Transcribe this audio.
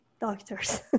doctors